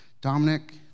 Dominic